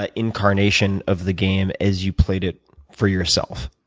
ah incarnation of the game as you played it for yourself.